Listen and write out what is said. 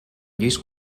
lluís